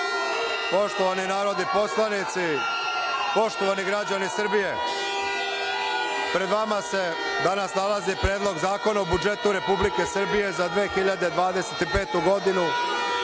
poštovani narodni poslanici, poštovani građani Srbije, pred vama se danas nalazi Predlog zakona o budžetu Republike Srbije za 2025. godinu